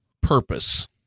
purpose